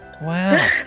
Wow